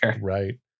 right